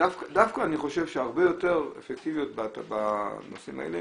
דווקא הרבה יותר אפקטיביות יש בנושאים האלה